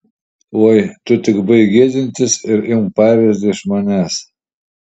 oi tu tik baik gėdintis ir imk pavyzdį iš manęs